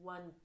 One